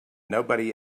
nobody